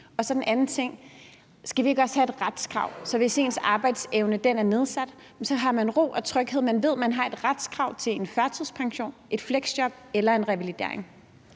Og så den anden ting: Skal vi ikke også have et retskrav, sådan at hvis ens arbejdsevne er nedsat, har man ro og tryghed – man ved, man har et retskrav til en førtidspension, et fleksjob eller en revalidering?